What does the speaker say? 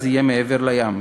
אז זה יהיה מעבר לים,